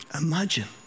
Imagine